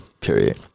period